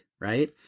right